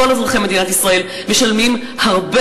כל אזרחי מדינת ישראל משלמים הרבה